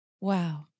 Wow